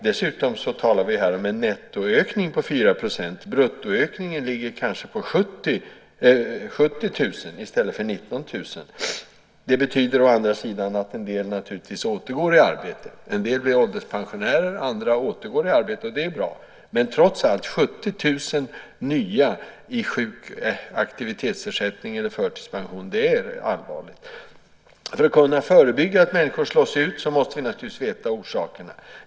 Dessutom talar vi här om en nettoökning på 4 %. Bruttoökningen ligger kanske på 70 000 i stället för på 19 000. Å andra sidan går en del naturligtvis i arbete. En del blir ålderspensionärer. Andra återgår i arbete, och det är bra. Men trots allt är 70 000 nya i sjuk eller aktivitetsersättning eller ålderspension allvarligt. För att kunna förebygga att människor slås ut måste vi naturligtvis veta orsakerna.